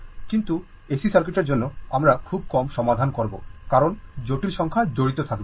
কিন্তু এসি সার্কিটের জন্য আমরা খুব কম সমাধান করব কারণ জটিল সংখ্যা জড়িত থাকবে